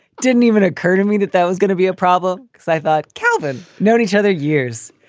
didn't even occur to me that that was gonna be a problem. so i thought calvin known each other years.